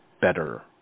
better